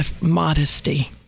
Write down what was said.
modesty